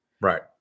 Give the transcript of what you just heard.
Right